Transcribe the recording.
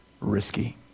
risky